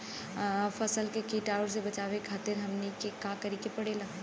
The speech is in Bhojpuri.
फसल के कीटाणु से बचावे खातिर हमनी के का करे के पड़ेला?